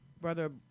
Brother